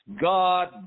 God